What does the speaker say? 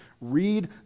Read